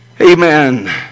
Amen